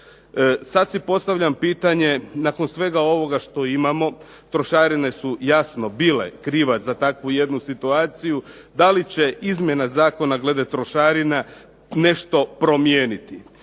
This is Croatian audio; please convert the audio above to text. sada si postavljam pitanje nakon svega ovoga što imamo, trošarine su jasno bile krivac za takvu jednu situaciju da li će izmjena Zakona glede trošarina nešto promijeniti.